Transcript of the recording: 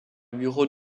bureau